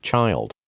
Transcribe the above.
Child